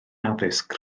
addysg